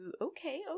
Okay